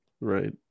Right